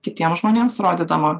kitiems žmonėms rodydama